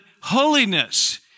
holiness